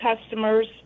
customers